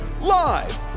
live